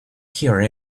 here